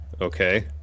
Okay